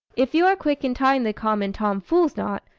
if you are quick in tying the common tom-fool's knot,